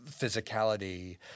physicality